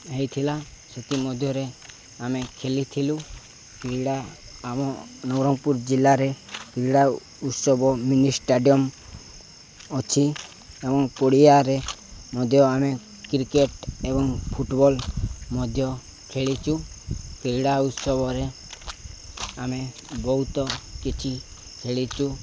ହୋଇଥିଲା ସେଥିମଧ୍ୟରେ ଆମେ ଖେଳିଥିଲୁ କ୍ରୀଡ଼ା ଆମ ନବରଙ୍ଗପୁର ଜିଲ୍ଲାରେ କ୍ରୀଡ଼ା ଉତ୍ସବ ମିନି ଷ୍ଟାଡ଼ିୟମ୍ ଅଛି ଏବଂ ପଡ଼ିଆରେ ମଧ୍ୟ ଆମେ କ୍ରିକେଟ୍ ଏବଂ ଫୁଟବଲ୍ ମଧ୍ୟ ଖେଳିଛୁ କ୍ରୀଡ଼ା ଉତ୍ସବରେ ଆମେ ବହୁତ କିଛି ଖେଳିଛୁ